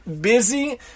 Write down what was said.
busy